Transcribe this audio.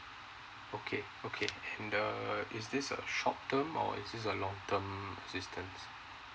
okay okay and uh is this a short term or is this a long term assistant